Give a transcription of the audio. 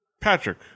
patrick